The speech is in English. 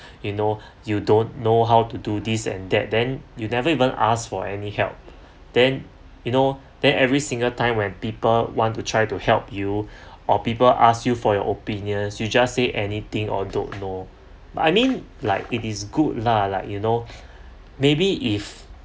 you know you don't know how to do this and that then you never even ask for any help then you know then every single time when people want to try to help you or people ask you for your opinions you just say anything or don't know what I mean like it is good lah like you know maybe if